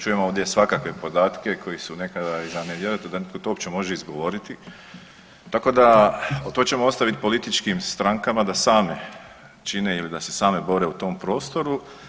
Čujem ovdje svakakve podatke koji su nekada za ne vjerovat da to netko uopće može izgovoriti, tako da to ćemo ostaviti političkim strankama da same čine ili da se same bore u tom prostoru.